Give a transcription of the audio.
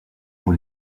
pour